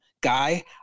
guy